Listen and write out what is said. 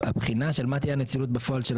הבחינה של מה תהיה הנצילות בפועל של